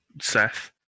Seth